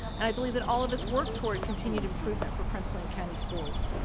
and i believe that all of us work toward continued improvement for prince william county schools.